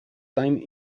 time